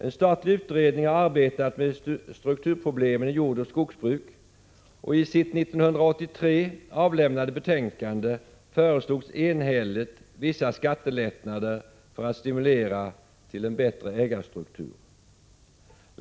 En statlig utredning har arbetat med strukturproblemen i jordoch skogsbruk och i sitt 1983 avlämnade betänkande enhälligt föreslagit vissa skattelättnader för att stimulera till en bättre ägarstruktur.